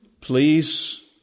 Please